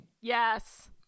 Yes